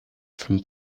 from